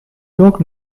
donc